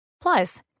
Plus